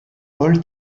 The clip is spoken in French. paul